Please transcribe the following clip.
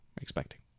expecting